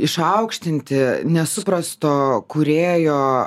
išaukštinti nesuprasto kūrėjo